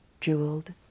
jeweled